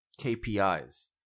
KPIs